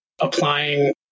applying